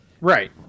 Right